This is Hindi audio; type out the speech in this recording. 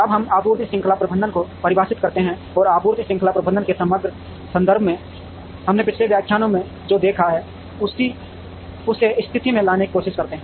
अब हम आपूर्ति श्रृंखला प्रबंधन को परिभाषित करते हैं और आपूर्ति श्रृंखला प्रबंधन के समग्र संदर्भ में हमने पिछले व्याख्यानों में जो देखा है उसे स्थिति में लाने की कोशिश करते हैं